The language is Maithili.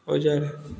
होय जाइत रहै